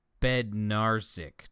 Bednarsik